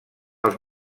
els